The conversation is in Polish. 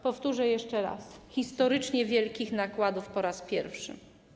Powtórzę jeszcze raz: historycznie wielkich nakładów po raz pierwszy.